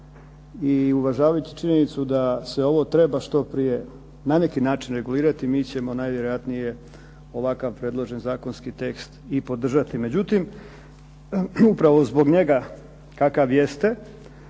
i uvažavajući činjenicu da se ovo treba što prije na neki način regulirati mi ćemo najvjerojatnije ovakav predložen zakonski tekst i podržati. Međutim, upravo zbog njega kakav jeste,